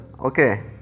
okay